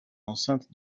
enceinte